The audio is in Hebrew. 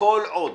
כל עוד